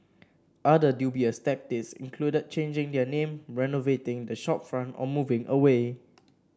other dubious tactics included changing their name renovating the shopfront or moving away